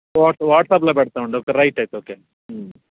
what వాట్సాప్లో పెడతామండి okay right అయితే ఓకే